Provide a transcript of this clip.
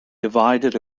divided